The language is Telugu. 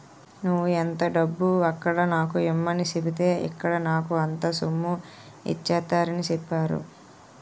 నువ్వు ఎంత డబ్బు అక్కడ నాకు ఇమ్మని సెప్పితే ఇక్కడ నాకు అంత సొమ్ము ఇచ్చేత్తారని చెప్పేరు